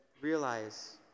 realize